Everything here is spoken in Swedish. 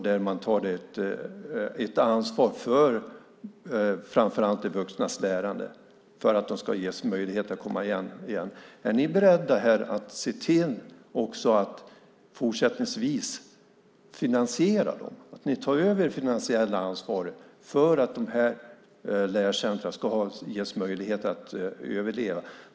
Där tar man ett ansvar för framför allt de vuxnas lärande för att de ska ges möjligheter att komma igen. Är ni beredda att även fortsättningsvis finansiera dessa lärcentrum, att ta över det finansiella ansvaret, för att de ska ges möjlighet att överleva?